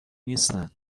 نیستن